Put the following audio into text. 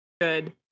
good